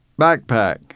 backpack